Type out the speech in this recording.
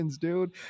dude